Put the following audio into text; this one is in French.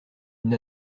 une